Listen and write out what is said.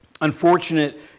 unfortunate